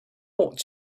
ought